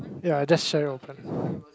ya that's sharing open